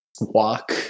Walk